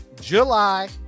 July